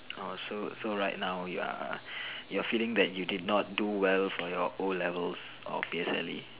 orh so so right now you're you are feeling that you did not do well for your o-levels or P_S_L_E